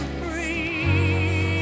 free